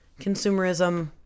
consumerism